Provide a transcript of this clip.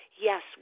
yes